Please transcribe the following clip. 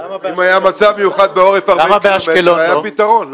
אם היה מצב מיוחד בעורף 40 קילומטרים, היה פתרון.